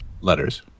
Letters